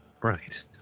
Right